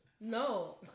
No